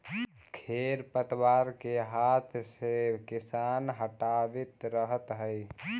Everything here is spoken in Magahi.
खेर पतवार के हाथ से किसान हटावित रहऽ हई